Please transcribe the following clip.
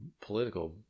political